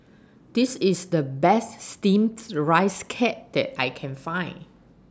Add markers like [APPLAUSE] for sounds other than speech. This IS The Best Steamed [UNINTELLIGIBLE] Rice Cake that I Can Find